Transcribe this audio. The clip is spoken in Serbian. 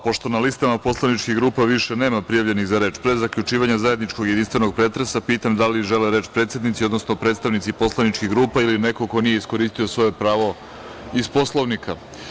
Pošto na listama poslaničkih grupa više nema prijavljeni za reč, pre zaključivanja zajedničkog jedinstvenog pretresa pitam da li žele reč predsednici, odnosno, predstavnici poslaničkih grupa ili neko ko nije iskoristio svoje pravo iz Poslovnika?